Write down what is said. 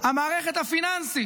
המערכת הפיננסית,